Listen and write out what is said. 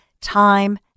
time